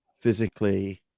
physically